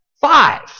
five